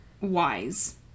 wise